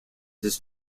his